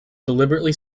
deliberately